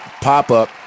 pop-up